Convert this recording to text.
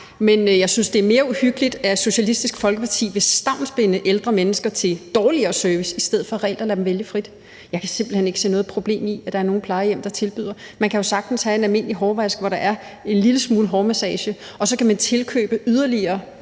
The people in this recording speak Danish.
Nej. Jeg synes, det er mere uhyggeligt, at Socialistisk Folkeparti vil stavnsbinde ældre mennesker til dårligere service i stedet for reelt at lade dem vælge frit. Jeg kan simpelt hen ikke se noget problem i, at der er nogle plejehjem, der tilbyder det. Man kan jo sagtens have en almindelig hårvask, hvor der er en lille smule hårmassage, og så kan man tilkøbe yderligere.